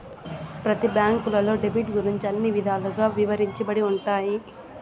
ప్రతి బ్యాంకులో డెబిట్ గురించి అన్ని విధాలుగా ఇవరించబడతాయి